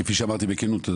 כפי שאמרתי בכנות,